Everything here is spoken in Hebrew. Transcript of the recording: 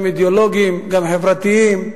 גם אידיאולוגיים, גם חברתיים,